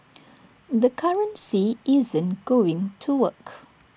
the currency isn't going to work